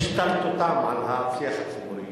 השתלטותם על השיח הציבורי,